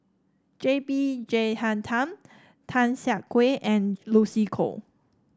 J B Jeyaretnam Tan Siah Kwee and Lucy Koh